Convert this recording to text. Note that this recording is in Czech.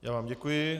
Já vám děkuji.